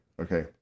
okay